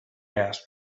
asked